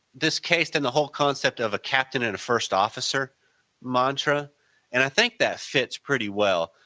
this case in the whole concept of a captain and a first officer mantra and i think that fits pretty well.